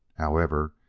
however,